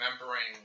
Remembering